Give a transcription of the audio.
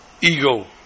ego